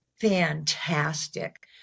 fantastic